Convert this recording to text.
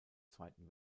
zweiten